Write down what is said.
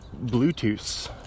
Bluetooth